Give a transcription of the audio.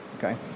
Okay